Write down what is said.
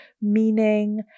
meaning